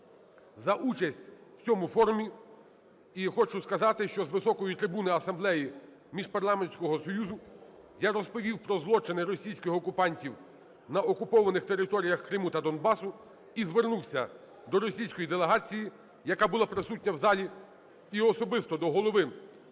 за участь в цьому форумі. І хочу сказати, що з високої трибуни Асамблеї Міжпарламентського союзу я розповів про злочини російських окупантів на окупованих територіях Криму та Донбасу і звернувся до російської делегації, яка була присутня в залі, і особисто до Голови